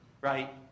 right